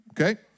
okay